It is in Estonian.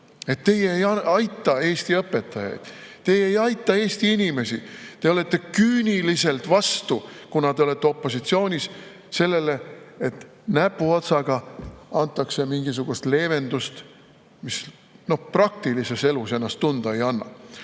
Teie ei aita Eesti õpetajaid, teie ei aita Eesti inimesi, te olete küüniliselt vastu – kuna te olete opositsioonis – sellele, et näpuotsaga antakse mingisugust leevendust, mis, noh, praktilises elus ennast tunda ei anna.